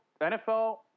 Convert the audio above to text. NFL